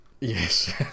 Yes